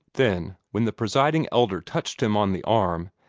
then, when the presiding elder touched him on the arm,